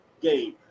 game